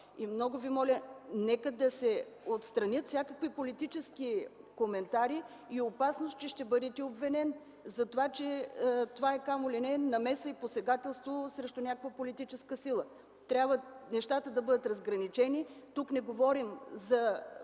Много Ви моля, нека да се отстранят всякакви политически коментари и опасения, че ще бъдете обвинен, че това е намеса и посегателство срещу някаква политическа сила. Трябва нещата да бъдат разграничени. Тук не говорим за